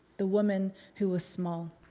the woman who was small,